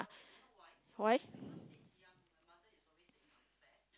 why